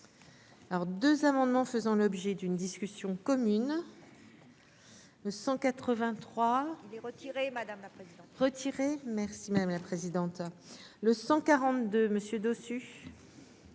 alors 2 amendements faisant l'objet d'une discussion commune le 183 il est retiré, madame la présidente, retirer merci madame la présidente, le 142 monsieur dessus.